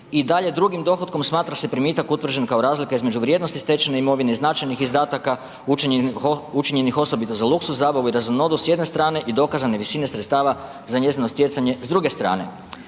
i dalje drugim dohotkom smatra se primitak utvrđen kao razlika između vrijednosti stečene imovine, značajnih izdataka učinjenih osobito za luksuznu zabavu i razonodu s jedne strane i dokazane sredine sredstava za njezino stjecanje s druge strane.